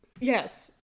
Yes